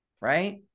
right